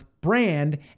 brand